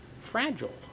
fragile